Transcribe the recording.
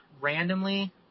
randomly